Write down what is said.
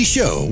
Show